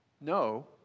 No